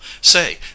say